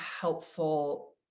helpful